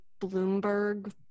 Bloomberg